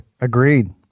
Agreed